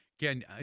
Again